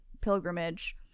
pilgrimage